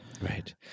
Right